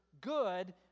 good